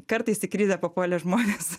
kartais į krizę papuolę žmonės